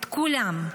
את כולם.